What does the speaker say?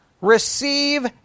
receive